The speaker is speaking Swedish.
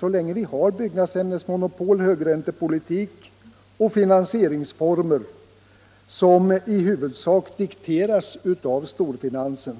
Så länge vi har byggämnesmonopol, högräntepolitik och finansieringsformer som i huvudsak dikteras av storfinansen